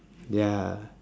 ya